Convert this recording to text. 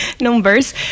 numbers